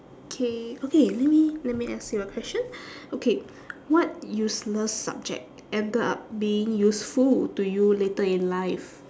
okay okay let me let me ask you a question okay what useless subject ended up being useful to you later in life